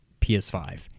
ps5